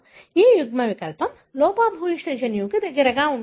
ఈ యుగ్మవికల్పం లోపభూయిష్ట జన్యువుకు దగ్గరగా ఉంటుంది